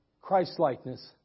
Christ-likeness